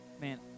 man